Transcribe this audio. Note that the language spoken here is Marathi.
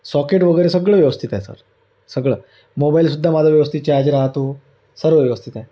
सॉकेट वगैरे सगळं व्यवस्थित आहे सर सगळं मोबाईल सुद्धा माझा व्यवस्थित चार्ज राहतो सर्व व्यवस्थित आहे